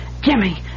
Jimmy